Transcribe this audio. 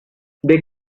they